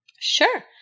Sure